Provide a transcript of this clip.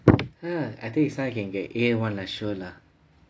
hmm I think this [one] I can get A one lah sure lah